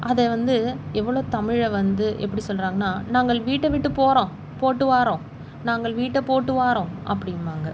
அதை வந்து எவ்வளோ தமிழை வந்து எப்படி சொல்கிறாங்கன்னா நாங்கள் வீட்டை விட்டுப் போகிறோம் போய்ட்டு வாரோம் நாங்கள் வீட்டைப் போட்டு வாரோம் அப்படிம்பாங்க